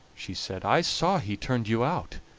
she said i saw he turned you out.